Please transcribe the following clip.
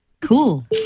Cool